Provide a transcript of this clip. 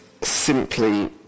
simply